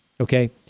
okay